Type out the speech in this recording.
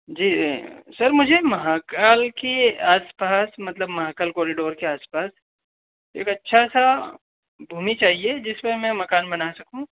जी sir मुझे महाकाल की आसपास मतलब महाकाल कोरिडोर के आसपास एक अच्छी सी भूमि चाहिए जिस पर मैं मकान बना सकूँ